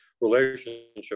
relationship